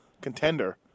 contender